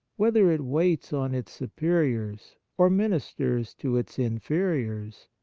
whether it waits on its superiors, or ministers to its inferiors,